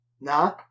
Nah